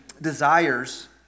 desires